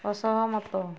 ଅସହମତ